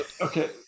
okay